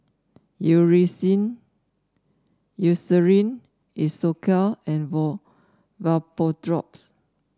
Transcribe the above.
Eucerin Isocal and Vapodrops